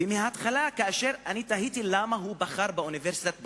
ומהתחלה כאשר תהיתי למה הוא בחר באוניברסיטת בר-אילן,